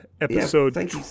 episode